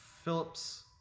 Phillips